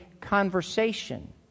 conversation